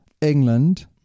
England